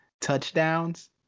touchdowns